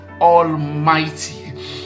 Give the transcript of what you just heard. almighty